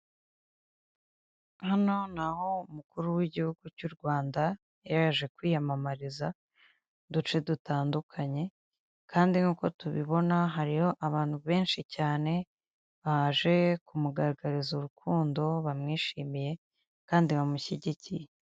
Hano ni aho umukuru w'Igihugu cy'u Rwanda yari yaje kwiyamamariza, mu duce dutandukanye kandi nkuko tubibona, hariyo abantu benshi cyane baje kumugaragariza urukundo, bamwishimiye kandi bamushyigikiye.